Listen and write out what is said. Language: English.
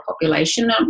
population